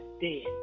dead